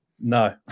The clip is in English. No